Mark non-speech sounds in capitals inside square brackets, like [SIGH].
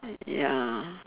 [NOISE] ya